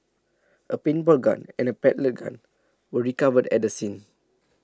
a paintball gun and pellet gun were recovered at the scene